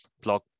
blog